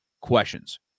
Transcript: questions